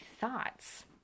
thoughts